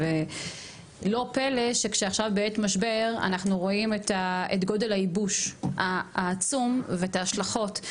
לא פלא שעכשיו בעת משבר אנחנו רואים את גודל הייבוש העצום ואת ההשלכות.